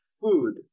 food